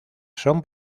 son